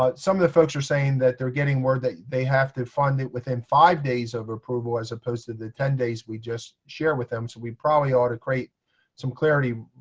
but some of the folks are saying that they're getting word that they have to fund it within five days of approval as opposed to the ten days we just shared with them. so we probably ought to create some clarity,